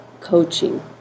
coaching